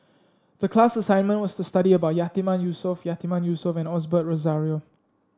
the class assignment was to study about Yatiman Yusof Yatiman Yusof and Osbert Rozario